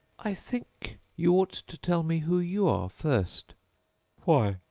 i think, you ought to tell me who you are, first why?